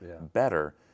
better